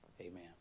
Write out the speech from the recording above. Amen